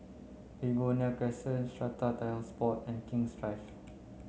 Begonia Crescent Strata Titles Board and King's Drive